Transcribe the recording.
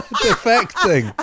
defecting